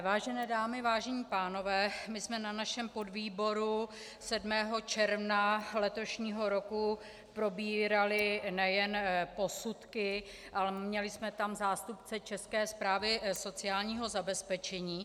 Vážené dámy, vážení pánové, my jsme na našem podvýboru 7. června letošního roku probírali nejen posudky, ale měli jsme tam zástupce České správy sociálního zabezpečení.